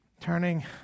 turning